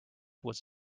was